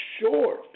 short